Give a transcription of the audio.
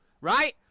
right